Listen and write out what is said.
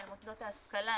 אל מוסדות ההשכלה,